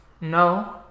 No